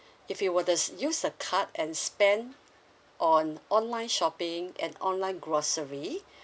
if you were the s~ use the card and spend on online shopping and online grocery